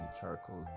charcoal